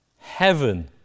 Heaven